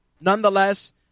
Nonetheless